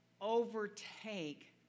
overtake